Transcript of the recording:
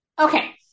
okay